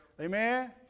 amen